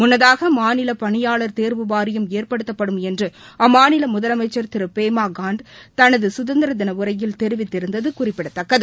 முன்னதாக மாநில பணியாளர் தேர்வு வாரியம் ஏற்படுத்தப்படும் என்று அம்மாநில முதலமைச்சர் திரு பேமா காண்டு தனது சுதந்திர தின உரையில் தெரிவித்திருந்தது குறிப்பிடத்தக்கது